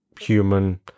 human